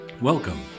Welcome